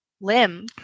limb